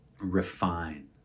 refine